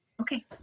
Okay